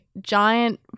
giant